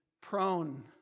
prone